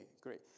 great